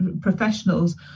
professionals